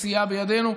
שסייע בידנו.